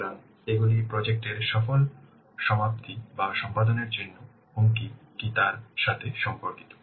সুতরাং এগুলি প্রজেক্ট এর সফল সমাপ্তি বা সম্পাদনের জন্য হুমকি কী তার সাথে সম্পর্কিত